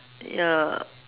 ya